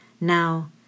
Now